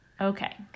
Okay